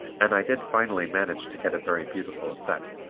and i did finally manage to get a very beautiful effect,